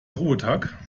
ruhetag